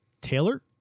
Taylor